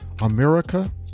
America